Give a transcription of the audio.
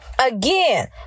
Again